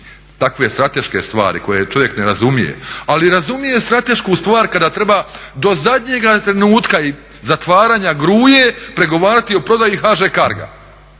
Takve strateške stvari koje čovjek ne razumije, ali razumije stratešku stvar kada treba do zadnjega trenutka i zatvaranja Gruioa pregovarati o prodaji HŽ Cargoa.